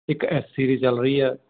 ਇੱਕ S series ਚੱਲ ਰਹੀ ਆ